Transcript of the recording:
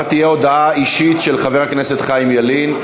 כבר תהיה הודעה אישית של חבר הכנסת חיים ילין.